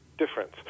difference